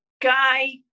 guy